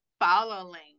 following